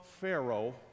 Pharaoh